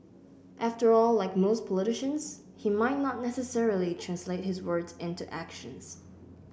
after all like most politicians he might not necessarily translate his words into actions